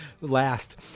last